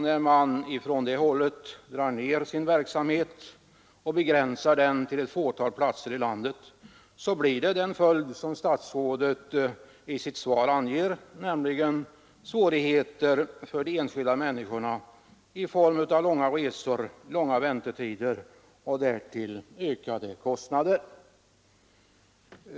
När man på det hållet drar ned sin verksamhet och begränsar den till ett fåtal platser i landet, så blir det den följd som statsrådet i sitt svar anger, nämligen svårigheter för de enskilda människorna i form av långa resor, långa väntetider och därtill ökade kostnader.